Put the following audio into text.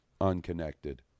unconnected